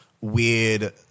weird